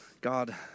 God